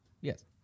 Yes